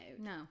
no